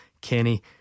Kenny